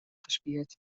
gespierd